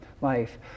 life